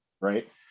Right